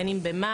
בין אם במע״ת,